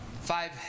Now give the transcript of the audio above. Five